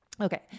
Okay